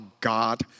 God